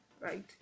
right